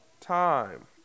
time